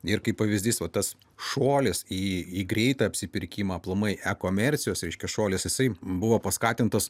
ir kaip pavyzdys va tas šuolis į greitą apsipirkimą aplamai ekomercijos reiškia šuolis jisai buvo paskatintas